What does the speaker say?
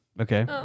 Okay